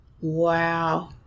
Wow